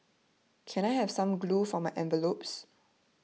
can I have some glue for my envelopes